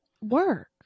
work